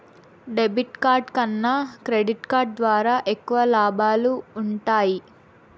debit card కన్నా credit card ద్వారా ఎక్కువ లాబాలు వుంటయ్యి